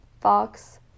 fox